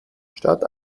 statt